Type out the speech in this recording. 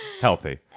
Healthy